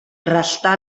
restà